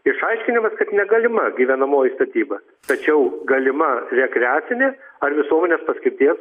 išaiškinimas kad negalima gyvenamoji statyba tačiau galima rekreacinė ar visuomanės paskirties